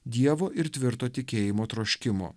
dievo ir tvirto tikėjimo troškimo